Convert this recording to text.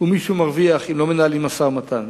ומישהו מרוויח אם לא מנהלים משא-ומתן.